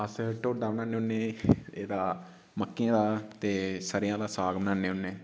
अस टोडा बनाने हुन्ने एह्दा मक्कियें दा ते सरेआं दा साग बनाने हुन्ने